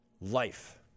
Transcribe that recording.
life